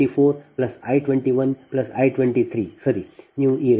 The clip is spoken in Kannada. ಅದೇ ರೀತಿ I 2f I 24 I 21 I 23 ಸರಿ